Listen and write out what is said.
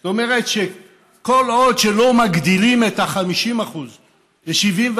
זאת אומרת שכל עוד לא מעלים את ה-50% ל-74%,